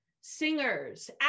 singers